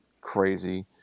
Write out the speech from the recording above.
Crazy